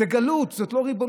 זו גלות, זו לא ריבונות.